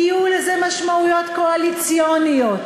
יהיו לזה משמעויות קואליציוניות.